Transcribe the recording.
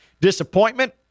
Disappointment